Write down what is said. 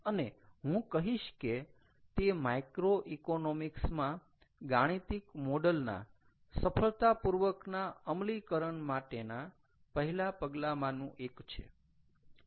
અને હું કહીશ કે તે માઇક્રોઇકોનોમિક્સ માં ગાણીતીક મોડલના સફળતાપૂર્વકનાં અમલીકરણ માટેના પહેલાં પગલામાંનું એક છે